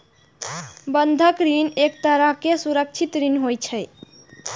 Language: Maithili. बंधक ऋण एक तरहक सुरक्षित ऋण होइ छै